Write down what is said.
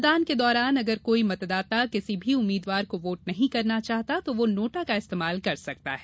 मतदान के दौरान अगर कोई मतदाता किसी भी उम्मीद्वार को वोट नहीं करना चाहता तो वो नोटा का इस्तेमाल कर सकता है